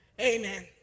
Amen